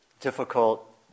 Difficult